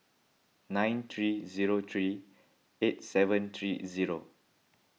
nine three zero three eight seven three zero